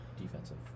defensive